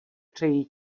přeji